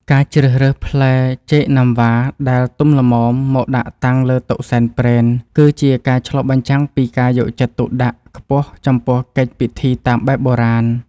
ការជ្រើសរើសផ្លែចេកណាំវ៉ាដែលទុំល្មមមកដាក់តាំងលើតុសែនព្រេន គឺជាការឆ្លុះបញ្ចាំងពីការយកចិត្តទុកដាក់ខ្ពស់ចំពោះកិច្ចពិធីតាមបែបបុរាណ។